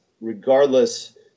regardless